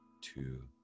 two